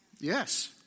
Yes